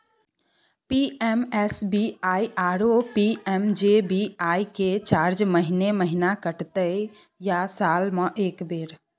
PMSBY आरो PMJBY के charge महीने महीना कटते या साल म एक बेर?